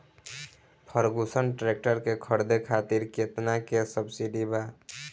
Ferguson tractor के खरीद करे खातिर केतना सब्सिडी बा?